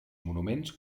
monuments